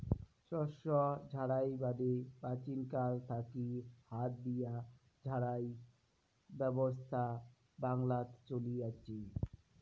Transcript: শস্য ঝাড়াই বাদে প্রাচীনকাল থাকি হাত দিয়া ঝাড়াই ব্যবছস্থা বাংলাত চলি আচে